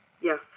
Yes